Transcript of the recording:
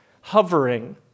hovering